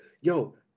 yo